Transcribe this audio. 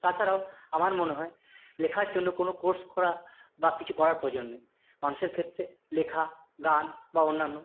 তাছাড়াও আমার মনে হয় লেখার জন্য কোনো কোর্স করা বা কিছু করার প্রয়োজন নেই মানুষের ক্ষেত্রে লেখা গান বা অন্যান্য